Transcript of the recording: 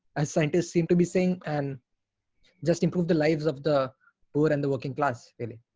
as scientists seem to be saying and just improve the lives of the poor and the working class, really?